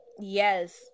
Yes